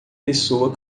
pessoa